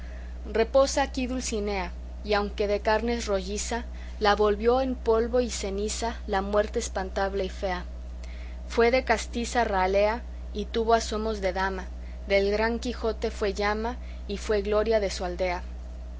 reposa aquí dulcinea y aunque de carnes rolliza la volvió en polvo y ceniza la muerte espantable y fea fue de castiza ralea y tuvo asomos de dama del gran quijote fue llama y fue gloria de su aldea